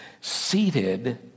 seated